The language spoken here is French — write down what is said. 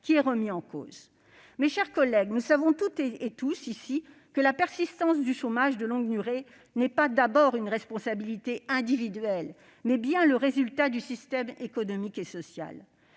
qui est remise en cause. Mes chers collègues, nous savons toutes et tous que la persistance du chômage de longue durée ne relève pas d'abord d'une responsabilité individuelle et qu'elle résulte du système économique et social,